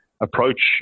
approach